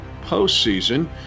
postseason